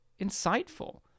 insightful